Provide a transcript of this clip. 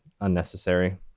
unnecessary